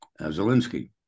Zelensky